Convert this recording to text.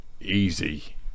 Easy